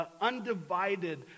undivided